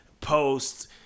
post